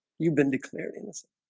you've been declared innocent